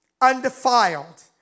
undefiled